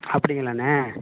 அப்படிங்களாண்ணே